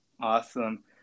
Awesome